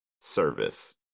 service